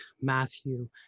Matthew